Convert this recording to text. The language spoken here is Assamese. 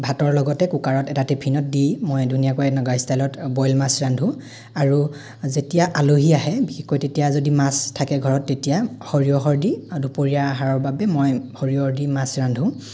ভাতৰ লগতে কুকাৰত এটা টিফিনত দি মই ধুনীয়াকৈ এই নগা ষ্টাইলত বইল মাছ ৰান্ধো আৰু যেতিয়া আলহী আহে বিশেষকৈ তেতিয়া যদি মাছ থাকে ঘৰত তেতিয়া সৰিয়হৰ দি দুপৰীয়াৰ আহাৰৰ বাবে মই সৰিয়হৰ দি মাছ ৰান্ধো